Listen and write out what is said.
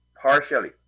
partially